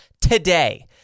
today